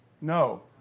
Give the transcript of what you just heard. No